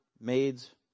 maids